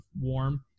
warm